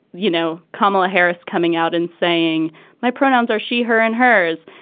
you know kamala harris coming out and saying my pronouns are she her and hers.